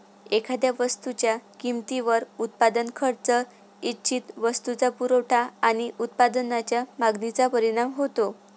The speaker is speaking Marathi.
एखाद्या वस्तूच्या किमतीवर उत्पादन खर्च, इच्छित वस्तूचा पुरवठा आणि उत्पादनाच्या मागणीचा परिणाम होतो